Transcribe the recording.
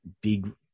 big